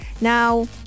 Now